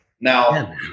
Now